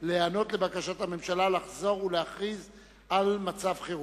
להיענות לבקשת הממשלה לחזור ולהכריז על מצב חירום.